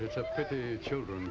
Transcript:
the children